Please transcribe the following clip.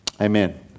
amen